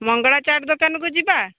ମଙ୍ଗଳା ଚାଟ୍ ଦୋକାନକୁ ଯିବା